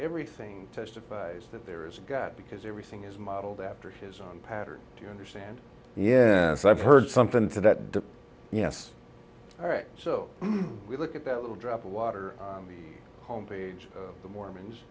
everything testifies that there is a god because everything is modeled after his own pattern do you understand yes i've heard something to that yes all right so we look at that little drop of water on the home page of the mormons